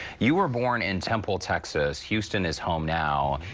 you were born in temple, texas. houston is home now.